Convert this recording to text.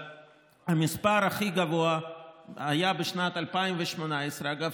המספר הכי גבוה היה בשנת 2018. אגב,